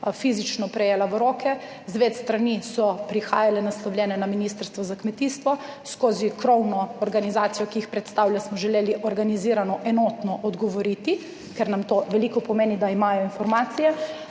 fizično prejela v roke. Z več strani so prihajala vprašanja, naslovljena na ministrstvo za kmetijstvo. Skozi krovno organizacijo, ki jih predstavlja, smo želeli organizirano, enotno odgovoriti, ker nam to veliko pomeni, da imajo informacije.